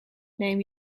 neem